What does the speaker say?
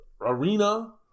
arena